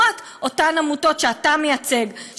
לעומת אותן עמותות שאתה מייצג,